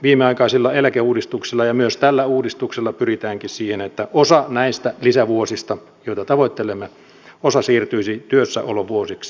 viimeaikaisilla eläkeuudistuksilla ja myös tällä uudistuksella pyritäänkin siihen että osa näistä lisävuosista joita tavoittelemme siirtyisi työssäolovuosiksi